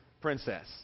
princess